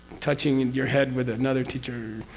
touching your head with another teacher.